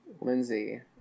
Lindsay